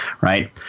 right